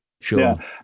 Sure